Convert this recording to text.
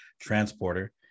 transporter